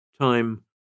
Time